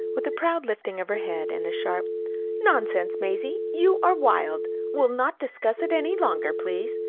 with a proud lifting of her head, and a sharp nonsense, mazie, you are wild! we'll not discuss it any longer, please,